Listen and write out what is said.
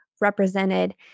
represented